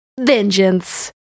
vengeance